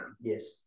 Yes